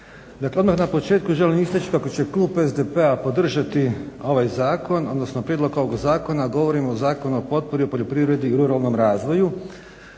Dakle odmah na početku želim istaći kako će klub SDP-a podržati prijedlog ovog zakona, govorim o Zakonu o potpori u poljoprivredi i ruralnom razvoju.